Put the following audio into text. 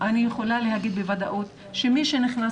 אני יכולה להגיד בוודאות שמי שנכנסה